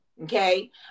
Okay